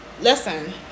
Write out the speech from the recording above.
listen